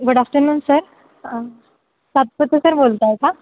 good afternoon sir Satpute sir बोलताय का